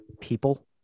people